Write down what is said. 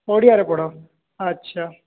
ଓଡ଼ିଆରେ ପଢ଼ ଆଚ୍ଛା